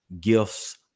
gifts